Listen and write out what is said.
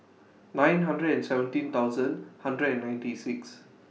nine hundred and seventeen thousand hundred and ninety six